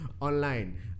online